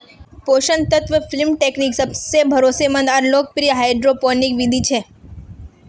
पोषक तत्व film technique सबसे भरोसामंद आर लोकप्रिय हाइड्रोपोनिक बिधि छ